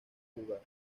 jugar